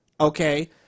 okay